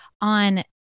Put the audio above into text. on